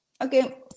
okay